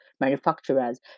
manufacturers